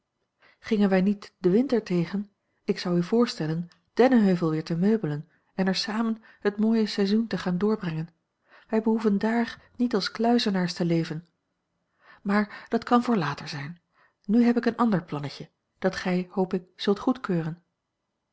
gen wij niet den winter tegen ik zou u voorstellen dennenheuvel weer te meubelen en er samen het mooie seizoen te gaan doorbrengen wij behoeven dààr niet als kluizenaars te leven maar dat kan voor later zijn nu heb ik een ander plannetje dat gij hoop ik zult goedkeuren